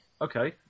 Okay